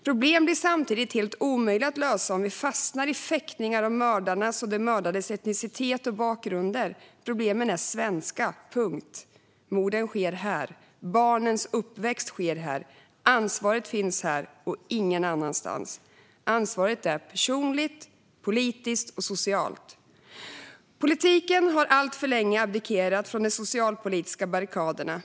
Problemen blir samtidigt helt omöjliga att lösa om vi fastnar i fäktningar om mördarnas och de mördades etnicitet och bakgrunder. Problemen är svenska, punkt. Morden sker här. Barnens uppväxt sker här. Ansvaret finns här och ingen annanstans. Ansvaret är personligt, politiskt och socialt. Politiken har alltför länge abdikerat från de socialpolitiska barrikaderna.